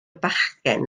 bachgen